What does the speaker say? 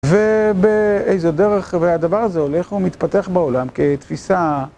ובאיזה דרך והדבר הזה הולך ומתפתח בעולם כתפיסה